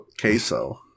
queso